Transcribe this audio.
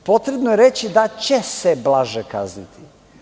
Potrebno je reći da će se blaže kazniti.